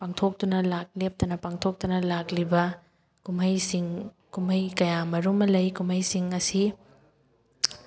ꯄꯥꯡꯊꯣꯛꯇꯨꯅ ꯂꯥꯛ ꯂꯦꯞꯇꯅ ꯄꯥꯡꯊꯣꯛꯇꯨꯅ ꯂꯥꯛꯂꯤꯕ ꯀꯨꯝꯍꯩꯁꯤꯡ ꯀꯨꯝꯍꯩ ꯀꯌꯥ ꯃꯔꯨꯝ ꯑꯃ ꯂꯩ ꯀꯨꯝꯍꯩꯁꯤꯡ ꯑꯁꯤ